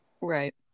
Right